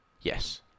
Yes